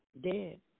dead